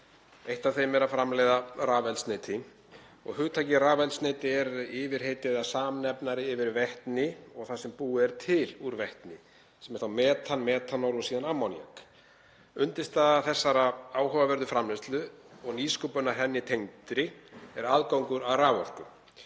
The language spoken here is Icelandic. Eitt af þeim er að framleiða rafeldsneyti en hugtakið rafeldsneyti er yfirheiti eða samnefnari yfir vetni og það sem búið er til úr vetni, sem er þá metan, metanól og síðan ammoníak. Undirstaða þessarar áhugaverðu framleiðslu og nýsköpunar henni tengdri er aðgangur að raforku.